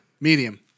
medium